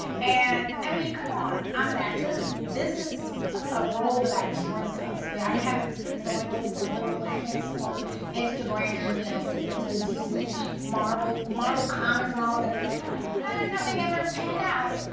and, i mean, come on. i'm an actress. this is a role that i dreamt of. i kept throwing little subliminal hints on instagram, you know, sending it to the dc marvel marvel comics and all of them. and nothing ever panned out.